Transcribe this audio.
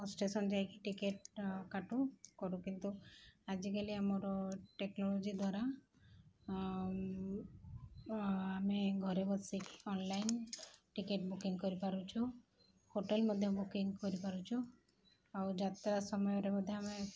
station ଯାଇକି ticket କାଟୁ କରୁ କିନ୍ତୁ ଆଜିକାଲି ଆମର ଟେକ୍ନୋଲୋଜି ଦ୍ୱାରା ଆମେ ଘରେ ବସିକି ଅନଲାଇନ୍ ଟିକେଟ ବୁକିଂ କରିପାରୁଛୁ ହୋଟେଲ୍ ମଧ୍ୟ ବୁକିଂ କରିପାରୁଛୁ ଆଉ ଯାତ୍ରା ସମୟରେ ମଧ୍ୟ ଆମେ